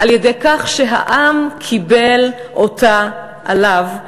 על-ידי כך שהעם קיבל אותה עליו,